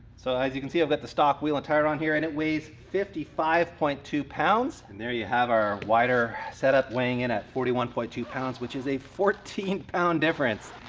so as you can see i've got the stock wheel and tyre on here and it weighs fifty five point two pounds. and there you have our wider setup weighing in at forty one point two pounds, which is a fourteen pound difference.